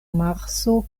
marso